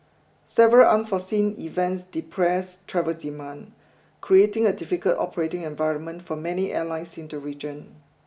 several unforeseen events depressed travel demand creating a difficult operating environment for many airlines in the region